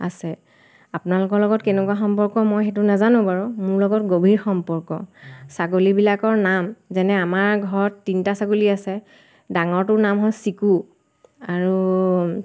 আছে আপোনালোকৰ লগত কেনেকুৱা সম্পৰ্ক মই সেইটো নেজানো বাৰু মোৰ লগত গভীৰ সম্পৰ্ক ছাগলীবিলাকৰ নাম যেনে আমাৰ ঘৰত তিনিটা ছাগলী আছে ডাঙৰটোৰ নাম হ'ল চিকু আৰু